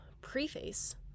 preface